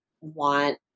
want